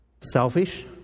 selfish